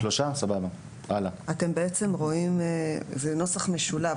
אתם רואים נוסח משולב,